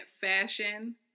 fashion